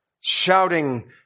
Shouting